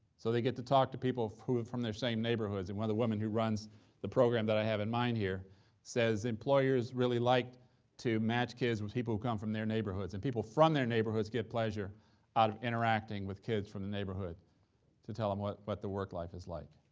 so they get to talk to people who are from their same neighborhoods, and where the woman who runs the program that i have in mind here says employers really like to match kids with people who come from their neighborhoods, and people from their neighborhoods get pleasure out of interacting with kids from the neighborhood to tell em what but the work life is like,